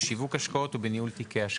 בשיווק השקעות ובניהול תיקי השקעות.